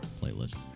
playlist